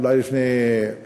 אולי לפני שמונה חודשים,